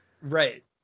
Right